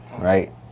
right